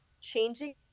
changing